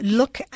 look